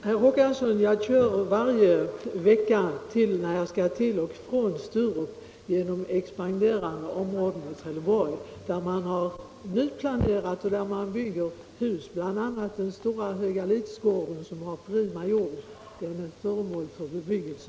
Herr talman! Jag kör varje vecka, när jag skall till och från Sturup, genom expanderande områden i Trelleborg, herr Håkansson, där man nu planerar och bygger hus. Bl. a. den stora Högalidsgården, som har prima jord, är föremål för bebyggelse.